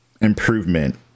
improvement